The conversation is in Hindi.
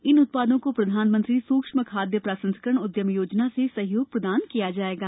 इन उत्पादों को प्रधानमंत्री सूक्ष्म खाद्य प्रसंस्करण उद्यम योजना से सहयोग प्रदान किया जाएगा